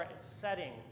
setting